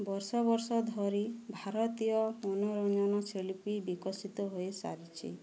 ବର୍ଷ ବର୍ଷ ଧରି ଭାରତୀୟ ମନୋରଞ୍ଜନ ଶିଳ୍ପୀ ବିକଶିତ ହୋଇସାରିଛି